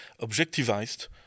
objectivized